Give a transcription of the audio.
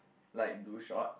light blue short